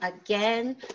Again